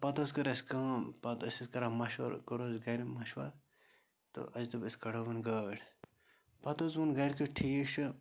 پَتہٕ حظ کٔر اَسہِ کٲم پَتہٕ ٲسۍ أسۍ کَران مَشوَر کوٚر اَسہِ گَرِ مَشور تہٕ اَسہِ دوٚپ أسۍ کَڑو وۄنۍ گٲڑۍ پَتہٕ حظ ووٚن گَرکیو ٹھیٖک چھُ